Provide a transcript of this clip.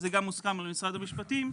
זה גם הוסכם על משרד המשפטים,